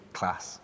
class